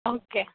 okay